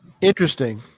Interesting